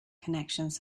connections